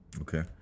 Okay